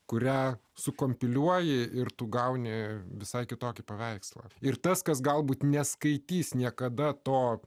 kurią sukompiliuoja ir tu gauni visai kitokį paveikslą ir tas kas galbūt neskaitys niekada to